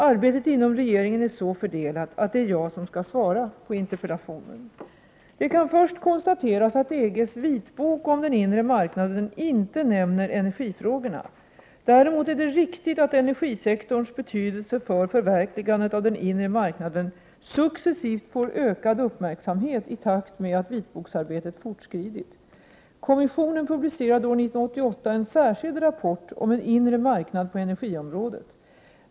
Arbetet inom regeringen är så fördelat att det är jag som skall svara på interpellationen. Det kan först konstateras att EG:s vitbok om den inre marknaden inte nämner energifrågorna. Däremot är det riktigt att energisektorns betydelse för förverkligandet av den inre marknaden successivt fått ökad uppmärksamhet i takt med att vitboksarbetet fortskridit. Kommissionen publicerade år 1988 en särskild rapport om en inre marknad på energiområdet.